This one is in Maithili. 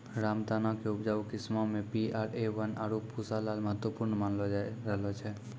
रामदाना के उपजाऊ किस्मो मे पी.आर.ए वन, आरु पूसा लाल महत्वपूर्ण मानलो जाय रहलो छै